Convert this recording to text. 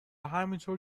همینطور